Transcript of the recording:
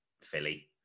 philly